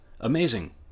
amazing